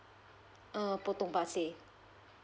err potong pasir